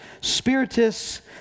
spiritists